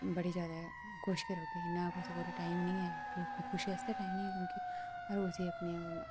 बड़े जादै खुश गै रौह्गे इ'न्ना कुसै कोल टाइम निं ऐ कोई अपनी खुश आस्तै टैम निं ऐ क्योंकि हर कुसै गी अपने